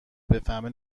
بفهمه